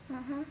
(uh huh)